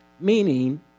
Meaning